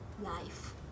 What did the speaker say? life